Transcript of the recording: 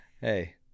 hey